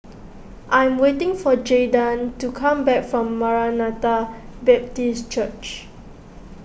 I am waiting for Jaydan to come back from Maranatha Baptist Church